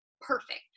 perfect